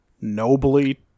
nobly